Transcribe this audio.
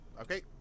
Okay